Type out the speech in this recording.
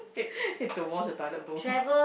hate hate to wash the toilet bowl